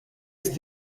ist